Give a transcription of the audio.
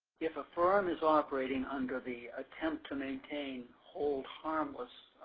if a firm is operating under the attempt to maintain hold harmless,